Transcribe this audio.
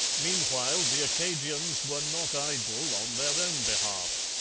meanwhile the acadians were not idle on their own behalf.